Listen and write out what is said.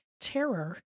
terror